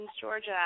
Georgia